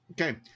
Okay